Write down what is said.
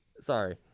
Sorry